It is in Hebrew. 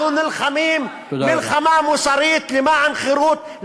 אנחנו נלחמים מלחמה מוסרית למען חירות,